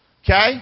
Okay